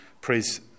Please